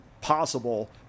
possible